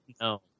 No